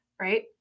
right